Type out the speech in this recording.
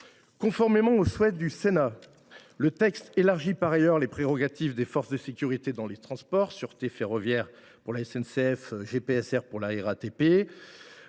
Conformément aux souhaits du Sénat, le texte élargit par ailleurs les prérogatives des forces de sécurité dans les transports – sûreté ferroviaire pour la SNCF, GPSR pour la RATP